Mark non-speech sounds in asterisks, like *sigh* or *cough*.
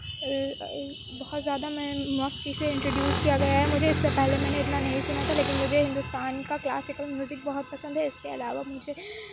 *unintelligible* بہت زیادہ میں مستی سے انٹرڈیوز کیا گیا ہے مجھے اس سے پہلے میں نے اتنا نہیں سنا تھا لیکن مجھے ہندوستان کا کلاسیکل میوزک بہت پسند ہے اس کے علاوہ مجھے